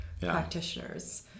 practitioners